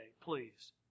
please